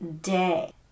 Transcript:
day